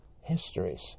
histories